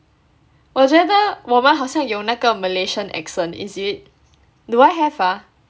我觉得我们好像有那个 malaysian accent is it do I have ah